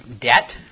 debt